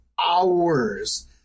hours